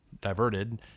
diverted